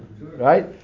Right